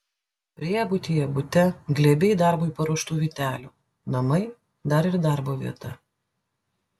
priebutyje bute glėbiai darbui paruoštų vytelių namai dar ir darbo vieta